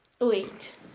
wait